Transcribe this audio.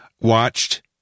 watched